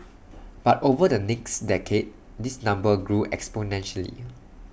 but over the next decade this number grew exponentially